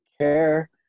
care